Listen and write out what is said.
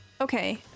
Okay